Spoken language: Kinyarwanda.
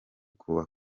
kuwa